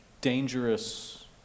dangerous